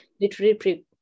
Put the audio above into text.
Literary